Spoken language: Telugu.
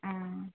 ఆ